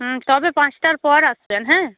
হুম তবে পাঁচটার পর আসবেন হ্যাঁ